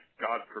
God